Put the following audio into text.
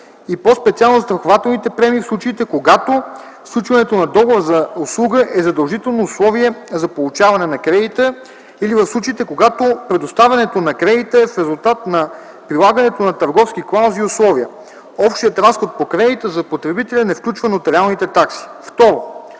и по-специално застрахователните премии в случаите, когато сключването на договора за услуга е задължително условие за получаване на кредита или в случаите, когато предоставянето на кредита е в резултат на прилагането на търговски клаузи и условия. Общият разход по кредита за потребителя не включва нотариалните такси.